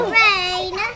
rain